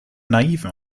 naiven